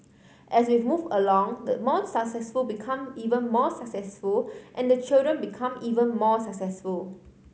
as we move along the more successful become even more successful and the children become even more successful